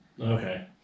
Okay